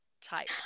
type